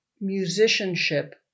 Musicianship